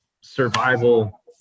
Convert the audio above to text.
survival